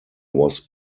was